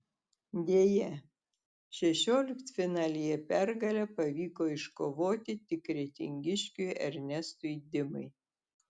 deja šešioliktfinalyje pergalę pavyko iškovoti tik kretingiškiui ernestui dimai